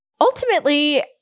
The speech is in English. Ultimately